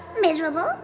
miserable